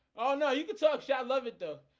oh no, you can talk to i love it though,